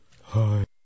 Hi